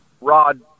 rod